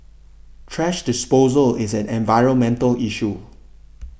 trash disposal is an environmental issue